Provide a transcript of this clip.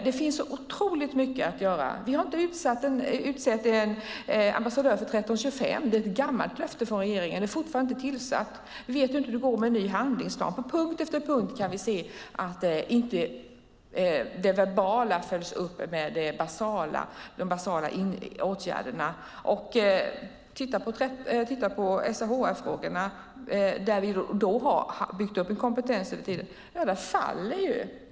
Det finns otroligt mycket att göra. Vi har inte utsett en ambassadör för 1325. Det är ett gammalt löfte från regeringen. Den är fortfarande inte tillsatt. Vi vet inte hur det går med en ny handlingsplan. På punkt efter punkt kan vi se att det verbala inte följs upp med de basala åtgärderna. Titta på SRHR-frågorna, där vi har byggt upp en kompetens!